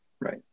Right